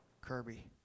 Kirby